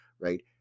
right